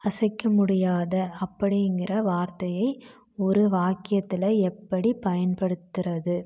அசைக்க முடியாத அப்படிங்கிற வார்த்தையை ஒரு வாக்கியத்தில் எப்படிப் பயன்படுத்துகிறது